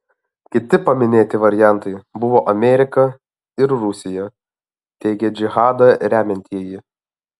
kiti paminėti variantai buvo amerika ir rusija teigia džihadą remiantieji